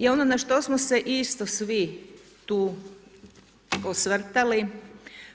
I ono na što smo se isto svi tu osvrtali,